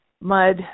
mud